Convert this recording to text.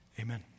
Amen